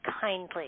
kindly